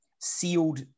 sealed